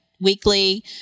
weekly